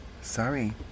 Sorry